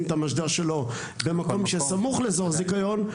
את המשדר שלו במקום שסמוך לאזור זיכיון,